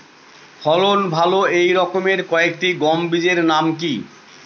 ফলন ভালো এই রকম কয়েকটি গম বীজের নাম কি?